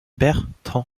bertrand